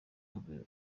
ukomeye